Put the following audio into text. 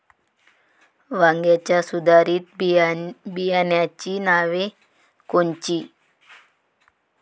वांग्याच्या सुधारित बियाणांची नावे कोनची?